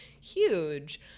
huge